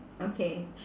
okay